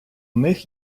них